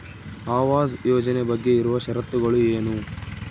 ಆವಾಸ್ ಯೋಜನೆ ಬಗ್ಗೆ ಇರುವ ಶರತ್ತುಗಳು ಏನು?